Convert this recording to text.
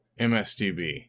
MSDB